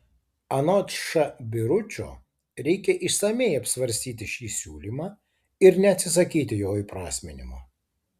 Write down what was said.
anot š biručio reikia išsamiai apsvarstyti šį siūlymą ir neatsisakyti jo įprasminimo